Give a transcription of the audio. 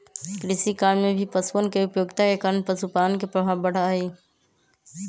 कृषिकार्य में भी पशुअन के उपयोगिता के कारण पशुपालन के प्रभाव बढ़ा हई